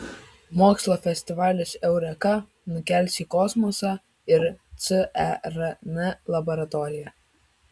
mokslo festivalis eureka nukels į kosmosą ir cern laboratoriją